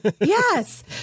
Yes